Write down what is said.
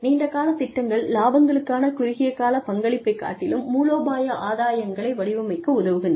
நீண்ட கால திட்டங்கள் இலாபங்களுக்கான குறுகிய கால பங்களிப்பைக் காட்டிலும் மூலோபாய ஆதாயங்களை வடிவமைக்க உதவுகின்றன